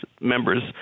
members